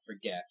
forget